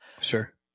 Sure